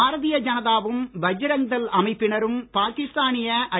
பாரதிய ஜனதா வும் பஜ்ரங் தள் அமைப்பினரும் பாகிஸ்தானிய ஐ